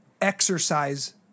exercise